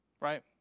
right